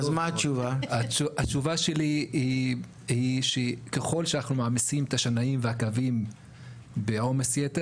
התשובה שלי היא שככל שאנחנו מעמיסים את השנאים והקווים בעומס יתר,